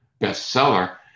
bestseller